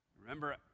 remember